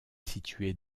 située